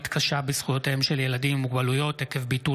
קשה בזכויותיהם של ילדים עם מוגבלויות עקב ביטול